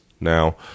Now